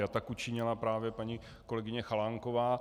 A tak učinila právě paní kolegyně Chalánková.